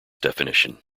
definition